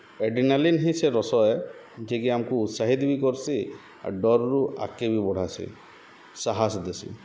adrenaline ହିଁ ସେ ରସଏ ଯେକି ଆମ୍କୁ ଉତ୍ସାହିତ୍ ବି କର୍ସି ଆର୍ ଡର୍ରୁ ଆଗ୍କେ ବି ବଢ଼ାସି ସାହସ୍ ଦେସି